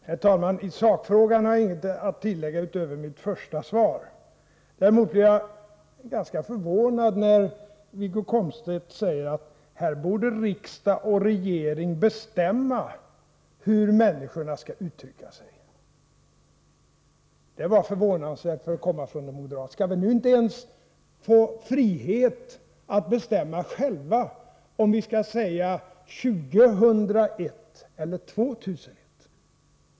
Herr talman! I sakfrågan har jag inget att tillägga utöver mitt första svar. Däremot vill jag säga att jag blev ganska förvånad när Wiggo Komstedt sade att riksdag och regering bör bestämma hur människorna skall uttrycka sig. Det var förvånansvärt för att komma från en moderat. Skall vi nu inte ens få frihet att bestämma själva om vi skall säga tjugohundraett eller tvåtusenett?